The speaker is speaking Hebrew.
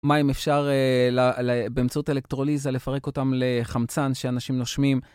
מים אפשר באמצעות אלקטרוליזה לפרק אותם לחמצן שאנשים נושמים?